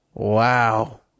Wow